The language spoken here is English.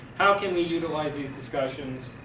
how can we utilize these discussions?